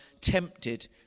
tempted